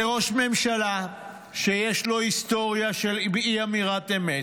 זה ראש ממשלה שיש לו היסטוריה של אי-אמירת אמת,